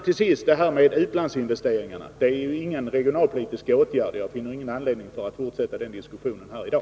Till sist: Utlandsinvesteringarna är inga regionalpolitiska åtgärder, och jag finner ingen anledning att fortsätta den diskussionen här i dag.